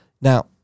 now